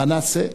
מה נעשה?